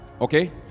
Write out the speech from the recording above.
okay